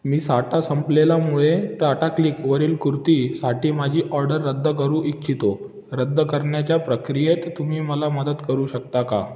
मी साठा संपलेलामुळे टाटाक्लिकवरील कुर्तीसाठी माझी ऑर्डर रद्द करू इच्छितो रद्द करण्याच्या प्रक्रियेत तुम्ही मला मदत करू शकता का